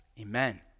Amen